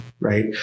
Right